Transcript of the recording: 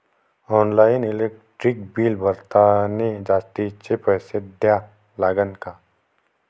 Online electric bill भरतानी जास्तचे पैसे द्या लागते का?